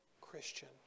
Christian